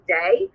day